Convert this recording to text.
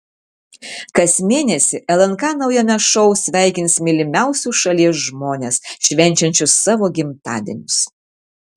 kas mėnesį lnk naujame šou sveikins mylimiausius šalies žmones švenčiančius savo gimtadienius